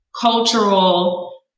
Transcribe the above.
Cultural